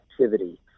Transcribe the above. activity